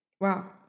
Wow